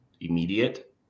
immediate